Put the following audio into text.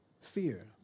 fear